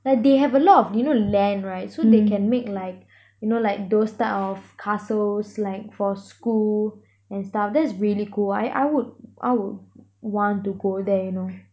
like they have a lot of you know land right so they can make like you know like those type of castles like for school and stuff that's really cool I I would I'll want to go there you know